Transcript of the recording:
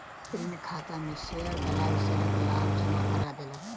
ऋण खाता में शेयर दलाल शेयरक लाभ जमा करा देलक